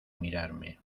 mirarme